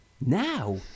now